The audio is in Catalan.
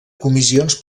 comissions